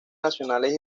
nacionales